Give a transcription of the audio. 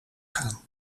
gaan